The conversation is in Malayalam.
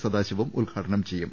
സദാശിവം ഉദ്ഘാടനം ചെയ്യും